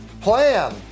plan